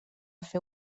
fer